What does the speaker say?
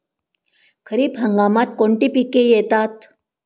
खरीप हंगामात कोणती पिके येतात?